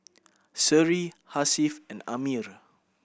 Seri Hasif and Ammir